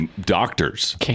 doctors